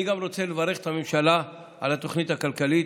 אני גם רוצה לברך את הממשלה על התוכנית הכלכלית,